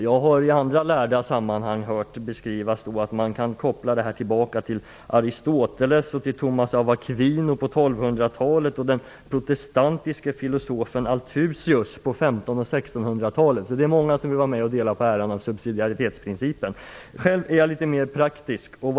Jag har i andra lärda sammanhang hört att man kan koppla detta tillbaka till Aristoteles, till Thomas av Aquino på 1200-talet och till den protestantiske filosofen Althusius på 1500-talet och 1600-talet. Det är många som vill vara med och dela på äran av subsidiaritetsprincipen. Själv är jag litet mer praktisk.